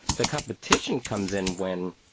the competition comes in when,